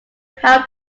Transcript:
how